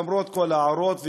למרות כל ההערות,